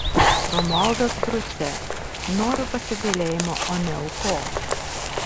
romualdas grucė noriu pasigailėjimo o ne aukos